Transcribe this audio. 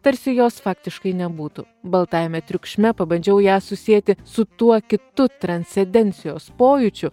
tarsi jos faktiškai nebūtų baltajame triukšme pabandžiau ją susieti su tuo kitu transcendencijos pojūčiu